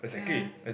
yeah